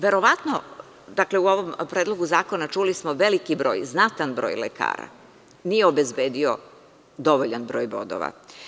Dakle, u ovom predlogu zakona čuli smo da veliki broj, znatan broj lekara nije obezbedio dovoljan broj bodova.